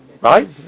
right